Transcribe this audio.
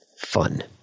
fun